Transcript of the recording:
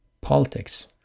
politics